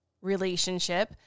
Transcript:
Relationship